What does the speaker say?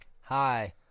Hi